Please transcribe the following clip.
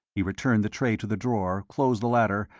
he returned the tray to the drawer, closed the latter,